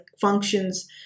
functions